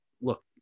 look